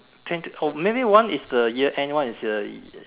maybe one is the year end one is the